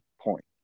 point